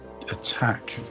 attack